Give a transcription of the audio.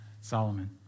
Solomon